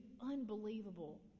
unbelievable